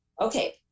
okay